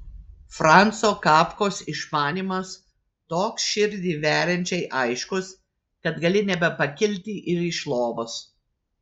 franco kafkos išmanymas toks širdį veriančiai aiškus kad gali nebepakilti ir iš lovos